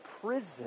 prison